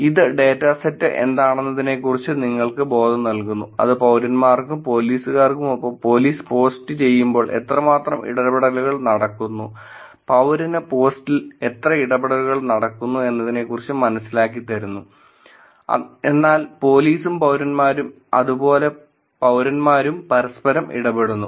ഇത് data set എന്താണെന്നതിനെക്കുറിച്ച് നിങ്ങൾക്ക് ബോധം നൽകുന്നു അത് പൌരന്മാർക്കും പോലീസുകാർക്കുമൊപ്പം പോലീസ് പോസ്റ്റ് ചെയ്യുമ്പോൾ എത്രമാത്രം ഇടപെടലുകൾ നടക്കുന്നു പൌരന് പോസ്റ്റിൽ എത്ര ഇടപെടലുകൾ നടക്കുന്നു എന്നതിനെ കുറിച്ച് മനസിലാക്കി തരുന്നു എന്നാൽ പോലീസും പൌരന്മാരും അതുപോലെ പൌരന്മാരും പരസ്പരം ഇടപെടുന്നു